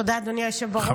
תודה, אדוני היושב-ראש.